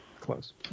close